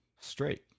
Straight